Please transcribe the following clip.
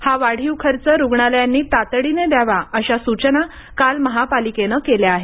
हा वाढीव खर्च रुग्णालयांनी तातडीने द्यावा अशा सूचना काल महापालिकेने केल्या आहेत